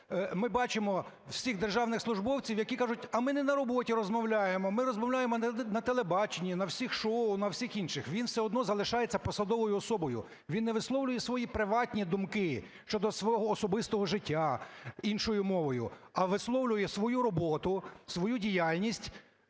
ми бачимо всіх державних службовців, які кажуть: а ми не на роботі розмовляємо, ми розмовляємо на телебаченні, на всіх шоу, на всіх інших. Він все одно залишається посадовою особою. Він не висловлює свої приватні думки щодо свого особистого життя іншою мовою, а висловлює свою роботу, свою діяльність.